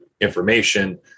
information